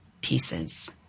pieces